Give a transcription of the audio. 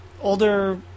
older